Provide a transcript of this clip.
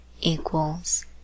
equals